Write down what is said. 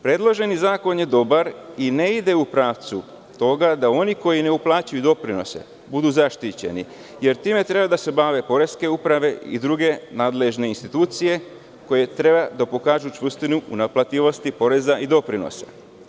Predloženi zakon je dobar i ne ide u pravcu toga da oni koji ne uplaćuju doprinose budu zaštićeni, jer time treba da se bave poreske uprave i druge nadležne institucije koje treba da pokažu čvrstinu u naplativosti poreza i doprinosa.